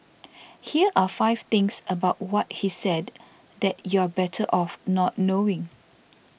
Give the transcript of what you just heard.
here are five things about what he said that you're better off not knowing